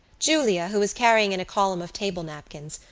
julia, who was carrying in a column of table-napkins,